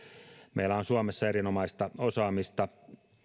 meillä on suomessa erinomaista osaamista